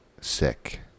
sick